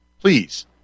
please